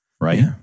Right